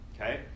Okay